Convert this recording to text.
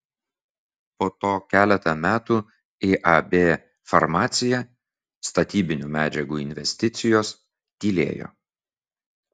po to keletą metų iab farmacija statybinių medžiagų investicijos tylėjo